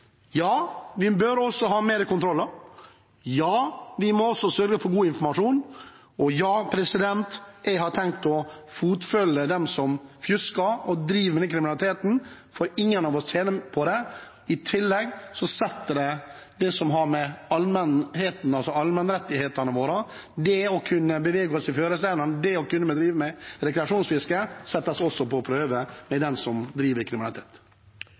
Ja, vi bør også ha flere kontroller; ja, vi må også sørge for god informasjon; og ja, jeg har tenkt å fotfølge dem som fusker og driver med denne kriminaliteten. For ingen av oss tjener på det, og i tillegg settes det som har med allemannsrettighetene våre å gjøre – det å kunne bevege oss i fjæresteinene, det å kunne drive med rekreasjonsfiske – på prøve av dem som bedriver kriminalitet.